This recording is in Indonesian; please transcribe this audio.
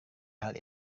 hal